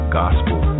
gospel